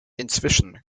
inzwischen